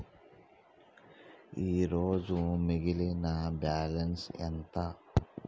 ఈరోజు మిగిలిన బ్యాలెన్స్ ఎంత?